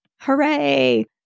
Hooray